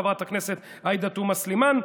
חברת הכנסת עאידה תומא סלימאן,